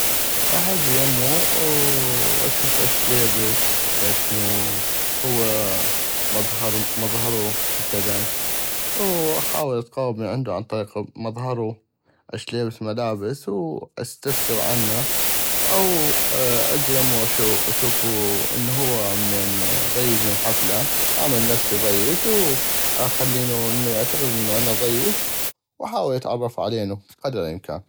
غاح اجي يمو واشوف اش ليبس اشنو هو مظهرو مظهرو مثلا واحاول اتقغب من عندو عن طريق مظهرو اش ليبس ملابس واستفسر عنا او اجي يمو واشوف اشوفو هو همين ضيج من حفلة اعمل نفسي ضيج واخلينو يعتقد انو انا ضيج واحاول اتعرف علينو قدر الامكان.